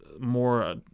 more